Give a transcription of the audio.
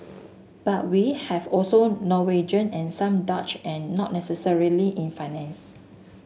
but we have also Norwegian and some Dutch and not necessarily in finance